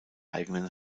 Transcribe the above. eigenen